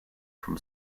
from